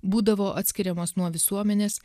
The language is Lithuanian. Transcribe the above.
būdavo atskiriamos nuo visuomenės